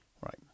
Right